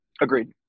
Agreed